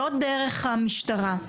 לא דרך המשטרה.